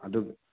ꯑꯗꯨ